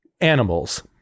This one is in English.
animals